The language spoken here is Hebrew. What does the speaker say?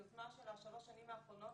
יוזמה של השלוש שנים האחרונות,